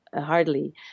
hardly